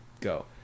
go